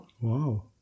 wow